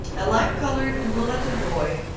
a light-colored mulatto boy,